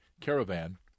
caravan